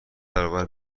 برابر